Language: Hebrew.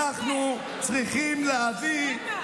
למה אתה לא